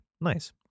Nice